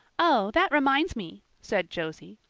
oh, that reminds me, said josie,